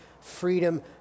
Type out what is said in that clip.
freedom